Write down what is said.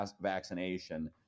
vaccination